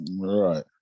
right